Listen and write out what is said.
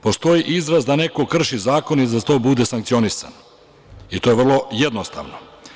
Postoji izraz da neko krši zakone i za to bude sankcionisan i to je vrlo jednostavno.